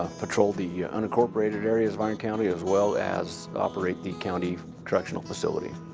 ah patrol the unincorporated areas of iron county as well as operate the county correctional facility,